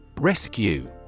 Rescue